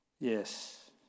Yes